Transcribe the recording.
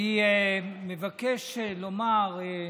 אני מבקש לומר,